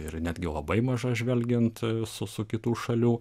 ir netgi labai maža žvelgiant su su kitų šalių